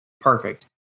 perfect